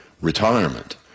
retirement